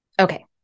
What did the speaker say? Okay